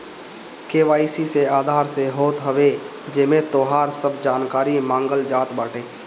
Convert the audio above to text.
KYC Aadhaar से होत हवे जेमे तोहार सब जानकारी मांगल जात बाटे